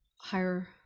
higher